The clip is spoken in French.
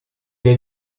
est